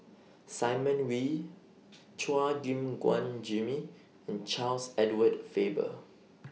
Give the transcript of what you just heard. Simon Wee Chua Gim Guan Jimmy and Charles Edward Faber